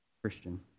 Christian